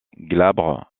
glabre